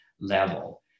level